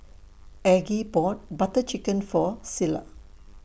Aggie bought Butter Chicken For Cilla